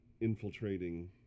infiltrating